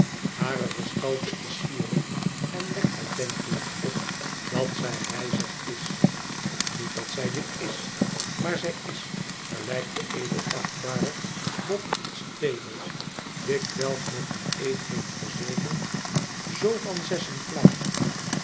hare gestalte is sierlijk en wekt het denkbeeld op dat zij rijzig is niet dat zij dit is maar zij is gelijk de edelachtbare bob stables dikwijls met een eed heeft verzekerd zoo van zessen klaar